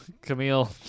Camille